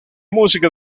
música